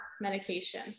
medication